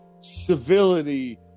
Civility